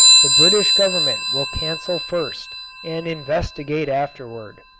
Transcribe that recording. the british government will cancel first and investigate afterward.